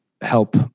help